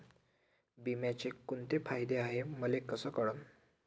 बिम्याचे कुंते फायदे हाय मले कस कळन?